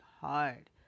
hard